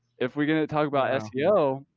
if we're going to talk about seo,